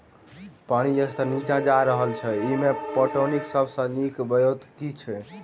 पानि स्तर नीचा जा रहल अछि, एहिमे पटौनीक सब सऽ नीक ब्योंत केँ होइत?